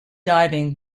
diving